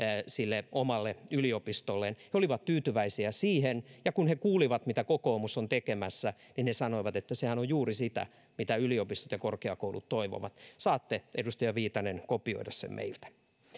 sille omalle yliopistolleen he olivat tyytyväisiä siihen ja kun he kuulivat mitä kokoomus on tekemässä niin he sanoivat että sehän on juuri sitä mitä yliopistot ja korkeakoulut toivovat saatte edustaja viitanen kopioida sen meiltä